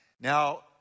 Now